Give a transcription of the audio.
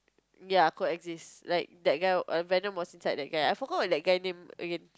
ya co exist like that guy Venom was inside that guy ah I forgot that guy name again